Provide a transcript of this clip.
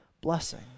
blessing